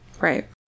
Right